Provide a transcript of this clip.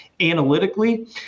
analytically